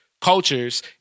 cultures